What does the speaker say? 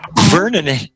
Vernon